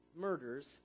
murders